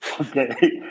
Okay